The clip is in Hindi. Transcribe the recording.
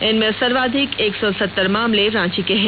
इनमें सर्वाधिक एक सौ सतर मामले रांची के हैं